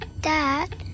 Dad